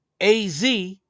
AZ